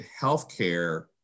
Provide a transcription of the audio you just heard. healthcare